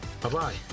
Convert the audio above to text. Bye-bye